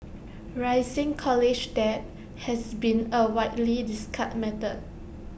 rising college debt has been A widely discussed matter